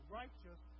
righteous